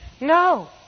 No